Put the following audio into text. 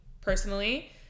personally